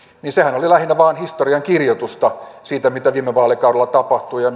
oli lähinnä vain historiankirjoitusta siitä mitä viime vaalikaudella tapahtui ja